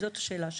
זאת השאלה שלי.